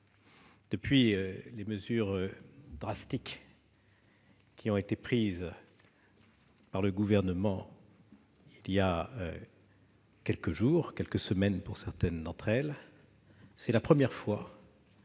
depuis les mesures drastiques prises par le Gouvernement il y a quelques jours, quelques semaines pour certaines d'entre elles, c'est la première fois